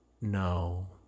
no